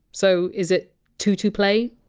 so is it to to play?